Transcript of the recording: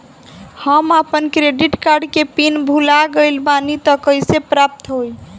हम आपन credit card के पिन भुला गइल बानी त कइसे प्राप्त होई?